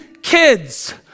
kids